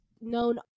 known